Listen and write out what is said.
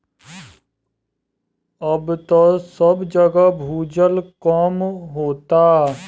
अब त सब जगह भूजल कम होता